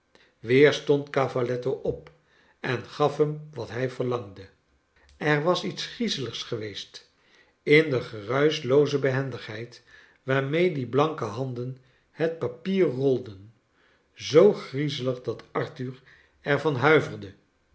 weer stond cavalletto op en gaf hem wat hij verlangde er was iets griezeligs geweest in de geruischlooze behendigheid waarmee die blanke handen het papier rolden zoo gnezeli dat arthur er van huiverde